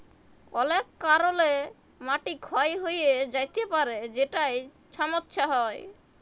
অলেক কারলে মাটি ক্ষয় হঁয়ে য্যাতে পারে যেটায় ছমচ্ছা হ্যয়